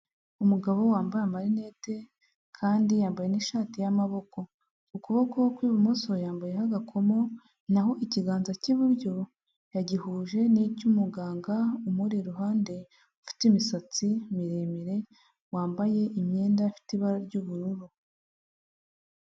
Umugabo wambaye amarinete kandi yambaye n'ishati y'amaboko, ukuboko kw'ibumoso yambayeho agakomo, naho ikiganza cy'iburyo yagihuje n'icy'umuganga umuri iruhande ufite imisatsi miremire, wambaye imyenda ifite ibara ry'ubururu.